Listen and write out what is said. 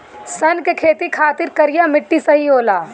सन के खेती खातिर करिया मिट्टी सही होला